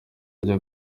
ajya